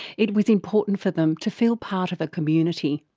it was important for them to feel part of a community.